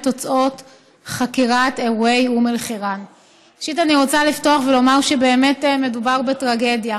ראשית, אני רוצה לפתוח ולומר שבאמת מדובר בטרגדיה.